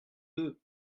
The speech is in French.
deux